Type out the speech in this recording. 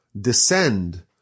Descend